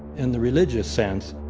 in the religious sense,